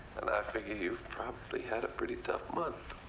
and i figure you've probably had a pretty tough month.